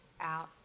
out